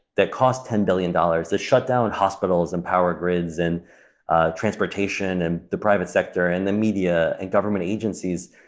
that costs ten billion dollars, it shut down hospitals and power grids and ah transportation transportation and the private sector and the media and government agencies,